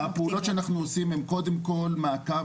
הפעולות שאנחנו עושים הן קודם כל מעקב,